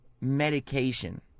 Medication